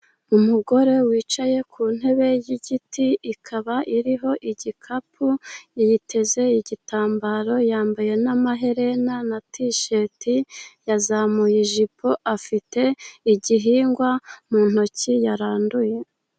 Umugore wicaye ku ntebe y'igiti, ikaba iriho igikapu, yiteze igitambaro, yambaye n'amaherena na tisheti, yazamuye ijipo, afite igihingwa mu ntoki yaranduye.